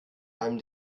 einem